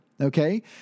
Okay